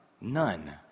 none